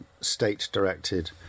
state-directed